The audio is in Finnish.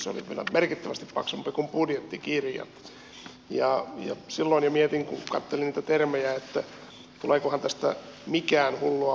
se oli kyllä merkittävästi paksumpi kuin budjettikirja ja silloin jo mietin kun katselin niitä termejä tuleekohan tästä mikään hullua hurskaammaksi